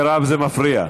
יש פער גדול בין משהו, טלי.